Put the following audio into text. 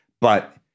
but-